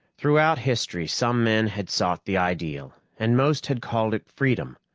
throughout history, some men had sought the ideal, and most had called it freedom.